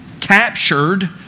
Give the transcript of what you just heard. captured